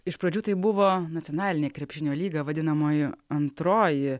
iš pradžių tai buvo nacionalinė krepšinio lyga vadinamoji antroji